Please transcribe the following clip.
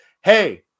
hey